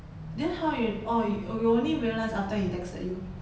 then how you oh y~ you are only realised after he texted you